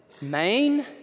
Maine